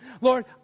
Lord